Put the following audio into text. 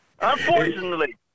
unfortunately